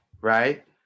right